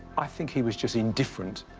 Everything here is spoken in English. i think he was just indifferent,